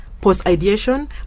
post-ideation